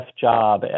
job